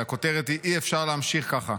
והכותרת היא: אי-אפשר להמשיך ככה.